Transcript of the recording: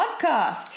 podcast